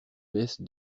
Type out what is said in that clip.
baisse